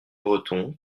breton